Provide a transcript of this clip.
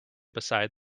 beside